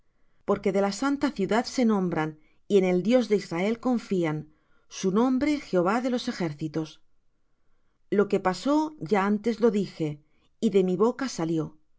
porque de la santa ciudad se nombran y en el dios de israel confían su nombre jehová de los ejércitos lo que pasó ya antes lo dije y de mi boca salió